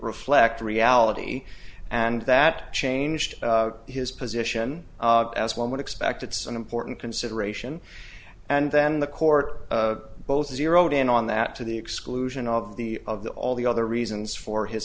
reflect reality and that changed his position as one would expect it's an important consideration and then the court both zeroed in on that to the exclusion of the of the all the other reasons for his